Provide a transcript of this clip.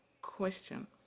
Question